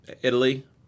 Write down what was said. Italy